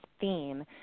theme